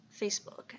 Facebook